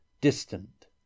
distant